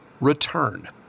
return